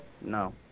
No